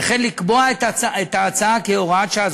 וכן לקבוע את ההצעה כהוראת שעה,